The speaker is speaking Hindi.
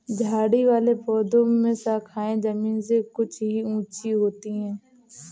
झाड़ी वाले पौधों में शाखाएँ जमीन से कुछ ही ऊँची होती है